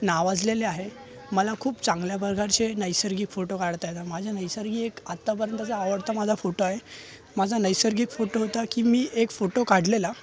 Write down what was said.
नावाजलेले आहे मला खूप चांगल्या प्रकारचे नैसर्गिक फोटो काढता येतात माझे नैसर्गि एक आत्तापर्यंतचा आवडता माझा फोटो आहे माझा नैसर्गिक फोटो होता की मी एक फोटो काढलेला